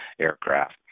aircraft